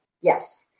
Yes